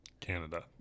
Canada